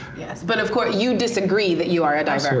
yeah but of course, you disagree that you are a diver?